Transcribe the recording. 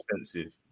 expensive